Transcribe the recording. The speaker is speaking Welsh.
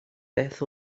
beth